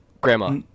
Grandma